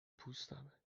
پوستمه